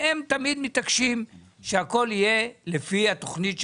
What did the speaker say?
והם תמיד מתעקשים שהכול יהיה לפי התוכנית שלהם,